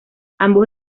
ambos